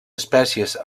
espècies